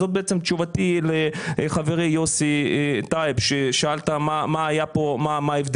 זאת בעצם תשובתי לחברי יוסי טייב, ששאלת מה ההבדל.